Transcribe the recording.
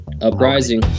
Uprising